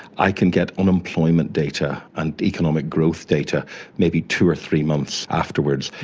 i can get unemployment data and economic growth data maybe two or three months afterwards.